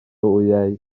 wyau